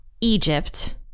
Egypt